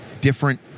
different